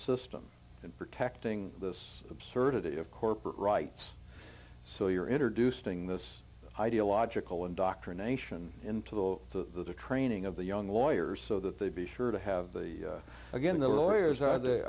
system and protecting this absurdity of corporate rights so you're introducing this ideological indoctrination into the the training of the young lawyers so that they be sure to have the again the lawyers are the